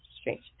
Strange